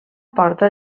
porta